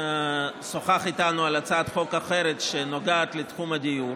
ששוחח איתנו על הצעת חוק אחרת שנוגעת לתחום הדיור,